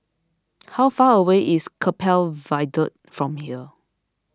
how far away is Keppel Viaduct from here